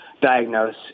diagnose